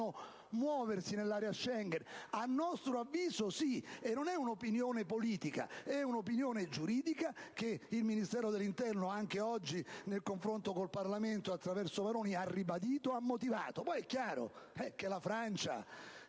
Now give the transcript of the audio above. potranno muoversi nell'area Schengen? A nostro avviso sì, e non è un'opinione politica, bensì un'opinione giuridica che il Ministero dell'interno, anche oggi nel confronto con il Parlamento, attraverso le parole del ministro Maroni ha ribadito e motivato. Poi è chiaro che la Francia